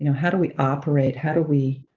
you know how do we operate, how do we